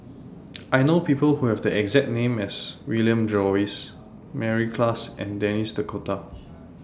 I know People Who Have The exact name as William Jervois Mary Klass and Denis D'Cotta